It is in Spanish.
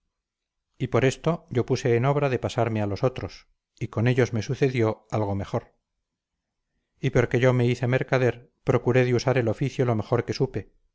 y por esto yo puse en obra de pasarme a los otros y con ellos me sucedió algo mejor y porque yo me hice mercader procuré de usar el oficio lo mejor que supe